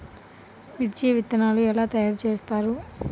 మిర్చి విత్తనాలు ఎలా తయారు చేస్తారు?